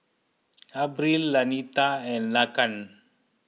Abril Lanita and Laken